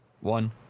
one